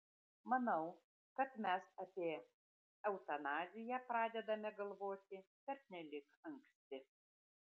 manau kad mes apie eutanaziją pradedame galvoti pernelyg anksti